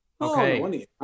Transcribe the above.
Okay